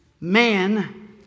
Man